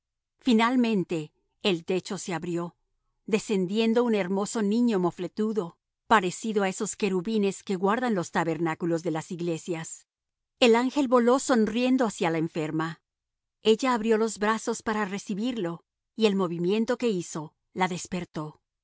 finalmente el techo se abrió descendiendo un hermoso niño mofletudo parecido a esos querubines que guardan los tabernáculos de las iglesias el ángel voló sonriendo hacia la enferma ella abrió los brazos para recibirlo y el movimiento que hizo la despertó